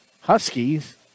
Huskies